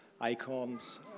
icons